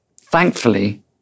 Thankfully